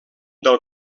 del